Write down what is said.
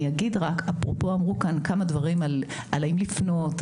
נאמרו כאן כמה דברים על האם לפנות,